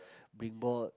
bring board